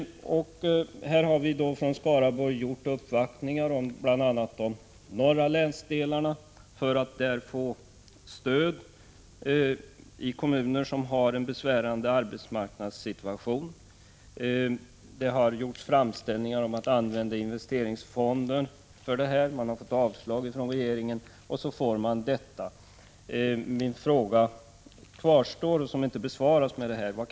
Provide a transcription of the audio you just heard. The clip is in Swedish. Vi i Skaraborgs län har gjort uppvaktningar för bl.a. den norra länsdelen för att få stöd. Det gäller då kommuner som har en besvärande arbetsmarknadssituation. Man har gjort framställningar om att få använda investeringsfonder för detta ändamål, men man har fått avslag från regeringen. Till detta kommer vad jag tidigare har redogjort för.